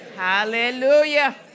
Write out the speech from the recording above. Hallelujah